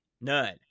none